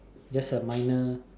just a minor